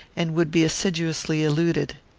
and would be assiduously eluded.